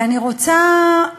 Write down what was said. ואני רוצה,